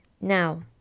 Now